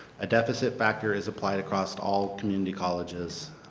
deficit factor is applied across all community colleges.